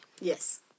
Yes